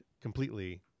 completely